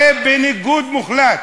חמור ששמים עליו מטען חבלה, זה בניגוד מוחלט.